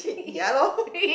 ya lor